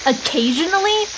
Occasionally